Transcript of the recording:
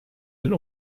den